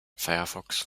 firefox